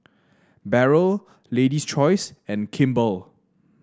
Barrel Lady's Choice and Kimball